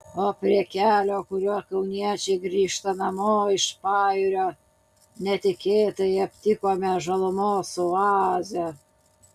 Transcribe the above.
o prie kelio kuriuo kauniečiai grįžta namo iš pajūrio netikėtai aptikome žalumos oazę